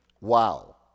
Wow